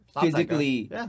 physically